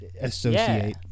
associate